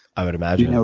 i would imagine. you know